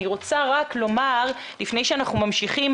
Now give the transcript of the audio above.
אני רוצה רק לומר לפני שאנחנו ממשיכים,